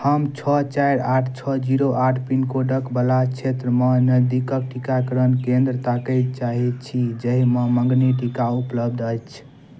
हम छओ चारि आठ छओ जीरो आठ पिनकोडक बला क्षेत्र मे नजदिकक टीकाकरण केन्द्र ताकै चाहै छी जाहि मे मँगनी टीका ऊपलब्ध अछि